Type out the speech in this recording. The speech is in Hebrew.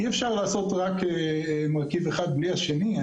אי אפשר לעשות רק מרכיב אחד בלי השני.